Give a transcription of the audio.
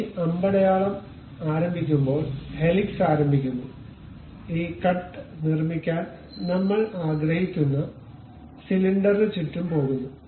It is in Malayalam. അതിനാൽ ഈ അമ്പടയാളം ആരംഭിക്കുമ്പോൾ ഹെലിക്സ് ആരംഭിക്കുന്നു ഈ കട്ട് നിർമ്മിക്കാൻ നമ്മൾ ആഗ്രഹിക്കുന്ന സിലിണ്ടറിന് ചുറ്റും പോകുന്നു